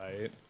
right